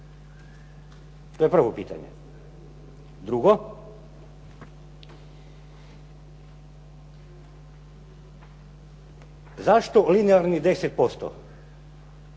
To je prvo pitanje. Drugo, zašto linearnih 10%?